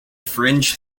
fringe